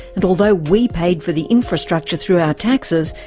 and although we paid for the infrastructure through our taxes,